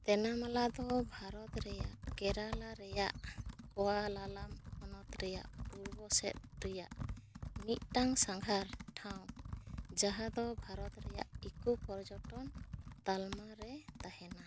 ᱛᱮᱱᱟᱢᱟᱞᱟ ᱫᱚ ᱵᱷᱟᱨᱚᱛ ᱨᱮᱭᱟᱜ ᱠᱮᱨᱟᱞᱟ ᱨᱮᱭᱟᱜ ᱠᱣᱟᱞᱟᱞᱟᱢ ᱦᱚᱱᱚᱛ ᱨᱮᱭᱟᱜ ᱯᱩᱨᱵ ᱥᱮᱫ ᱨᱮᱭᱟᱜ ᱢᱤᱫᱴᱟᱝ ᱥᱟᱸᱜᱷᱟᱨ ᱴᱷᱟᱶ ᱡᱟᱦᱟᱸ ᱫᱚ ᱵᱷᱟᱨᱚᱛ ᱨᱮᱭᱟᱜ ᱤᱠᱳᱼᱯᱚᱨᱡᱚᱴᱚᱱ ᱛᱟᱞᱢᱟ ᱨᱮ ᱛᱟᱦᱮᱸᱱᱟ